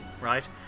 right